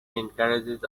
encourages